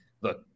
look